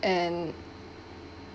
and